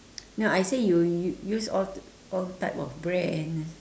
no I say you you you use all all type of brand